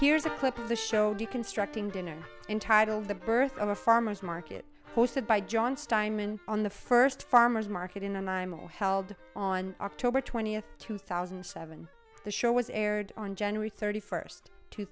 here's a clip of the show deconstructing dinner entitled the birth of a farmer's market hosted by john steinman on the first farmer's market in an i'm all held on october twentieth two thousand and seven the show was aired on january thirty first two